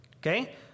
Okay